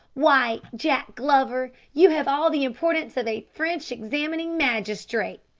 why, jack glover, you have all the importance of a french examining magistrate,